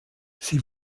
sie